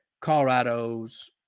Colorado's